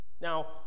Now